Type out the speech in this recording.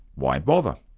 why bother?